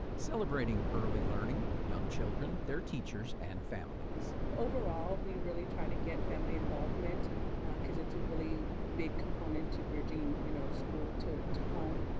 celebrating early learning, young children, their teachers and families. overall, we really try to get family involvement because it's a really big component to bridging you know school to to home